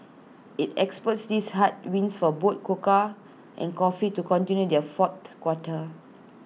IT expects these headwinds for both cocoa and coffee to continue their fourth quarter